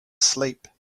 asleep